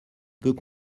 peut